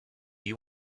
you